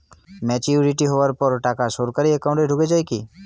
Maturity হওয়ার পর টাকা সরাসরি একাউন্ট এ ঢুকে য়ায় কি?